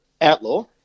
outlaw